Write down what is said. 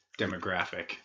demographic